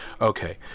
okay